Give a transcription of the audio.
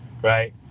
right